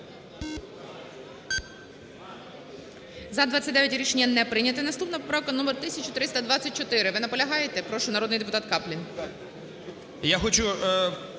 За-29 Рішення не прийняте. Наступна поправка номер 1324. Ви наполягаєте? Прошу, народний депутат Каплін.